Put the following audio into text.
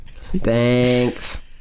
Thanks